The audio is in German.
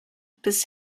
bis